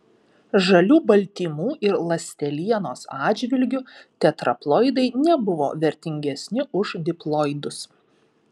žalių baltymų ir ląstelienos atžvilgiu tetraploidai nebuvo vertingesni už diploidus